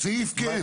לגבי הסעיף כן,